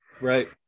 Right